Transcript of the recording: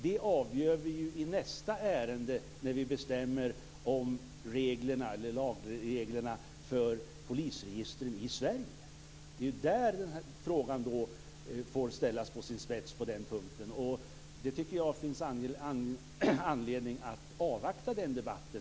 Det avgör vi ju i nästa ärende när vi bestämmer om lagreglerna för polisregistren i Sverige. Det är där den här frågan får ställas på sin spets. Jag tycker att det finns anledning att avvakta den debatten.